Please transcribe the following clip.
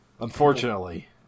Unfortunately